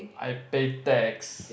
I pay tax